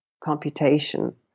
computation